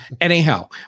anyhow